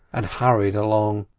and hurried along,